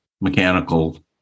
mechanical